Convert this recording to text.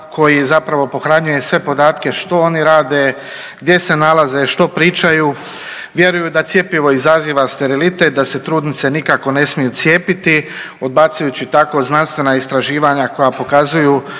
koji zapravo pohranjuje sve podatke što oni rade, gdje se nalaze, što pričaju, vjeruju da cjepivo izaziva sterilitet, da se trudnice nikako ne smiju cijepiti odbacujući tako znanstvena istraživanja koja pokazuju